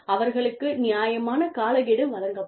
அவர்களுக்கு நியாயமான காலக்கெடு வழங்கப்பட வேண்டும்